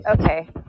Okay